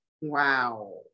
Wow